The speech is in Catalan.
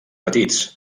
petits